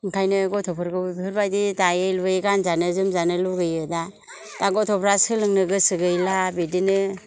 ओंखायनो गथ'फोरखौ बेफोरबायदि दायै लुयै गानजानो जोमजानो लुगैयो दा दा गथ'फ्रा सोलोंनो गोसो गैला बिदिनो